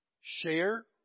share